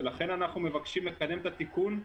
ולכן אנחנו מבקשים לקדם את התיקון.